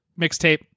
mixtape